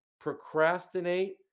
procrastinate